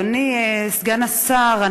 אדוני סגן השר,